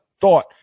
thought